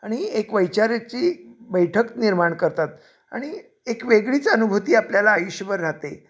आणि एक वैचाराची बैठक निर्माण करतात आणि एक वेगळीच अनुभूती आपल्याला आयुष्यभर राहते